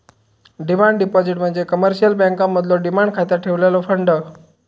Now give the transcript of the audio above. demand deposit म्हणजे commercial बँकांमधलो demand खात्यात ठेवलेलो फंड